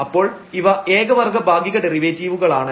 അപ്പോൾ ഇവ ഏക വർഗ്ഗ ഭാഗിക ഡെറിവേറ്റീവുകളാണ്